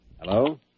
Hello